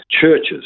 churches